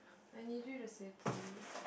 I need you to say please